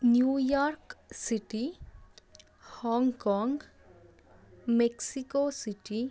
New York City Hong Kong Mexico city